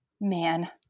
Man